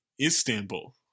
Istanbul